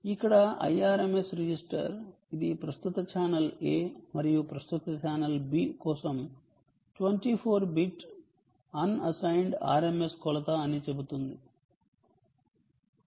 ఇక్కడ Irms register ఇది ప్రస్తుత ఛానల్ A మరియు ప్రస్తుత ఛానల్ B కోసం 24 బిట్ అన్ సైన్డ్ RMS కొలత అని చెబుతుంది చూడండి సమయం 2220